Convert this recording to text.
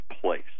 place